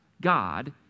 God